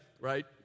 right